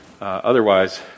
Otherwise